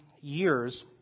years